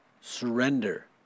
Surrender